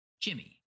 jimmy